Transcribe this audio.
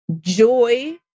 joy